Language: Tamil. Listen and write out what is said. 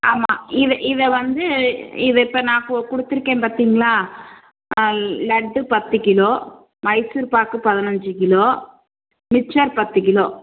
ஆமாம் இது இதை வந்து இது இப்போ நான் கு கொடுத்துருக்கேன் பார்த்தீங்ளா லட்டு பத்து கிலோ மைசூர்பாக்கு பதினஞ்சு கிலோ மிச்சர் பத்து கிலோ